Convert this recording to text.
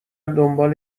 دنبال